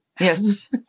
Yes